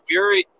Fury –